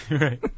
Right